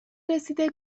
رسیده